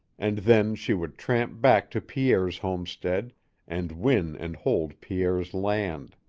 and then she would tramp back to pierre's homestead and win and hold pierre's land.